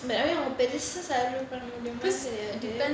but I mean பெருசா செரியாயிடு:perusaa seriyaayidu